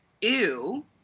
Ew